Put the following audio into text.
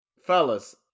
Fellas